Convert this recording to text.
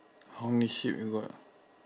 how many sheep you got